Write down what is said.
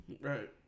Right